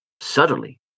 subtly